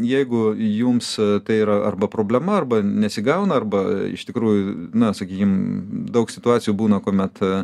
jeigu jums tai yra arba problema arba nesigauna arba iš tikrųjų na sakykim daug situacijų būna kuomet